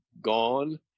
gone